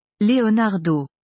Leonardo